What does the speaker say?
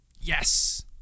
Yes